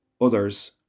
others